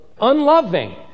Unloving